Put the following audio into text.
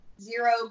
Zero